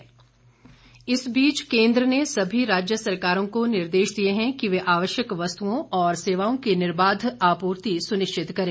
आवश्यक वस्तुएं इस बीच केंद्र ने सभी राज्य सरकारों को निर्देश दिए हैं कि वे आवश्यक वस्तुओं और सेवाओं की निर्बाध आपूर्ति सुनिश्चित करें